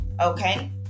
Okay